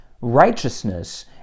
Righteousness